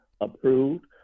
approved